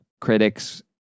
critics-